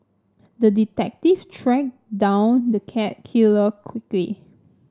the detective tracked down the cat killer quickly